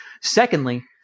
Secondly